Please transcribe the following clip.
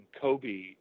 Kobe